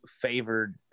favored